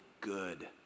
good